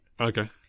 Okay